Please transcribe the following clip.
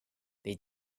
they